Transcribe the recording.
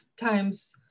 times